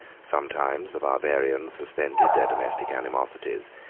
sometimes the barbarians suspended their domestic animosities,